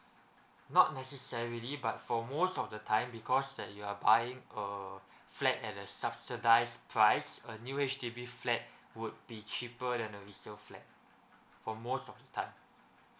not necessarily but for most of the time because that you are buying uh flat at the subsidise price a new H_D_B flat would be cheaper than a resale flat for most of the time